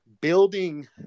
building